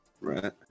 Right